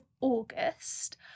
August